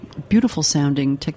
beautiful-sounding